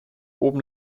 oben